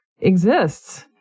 exists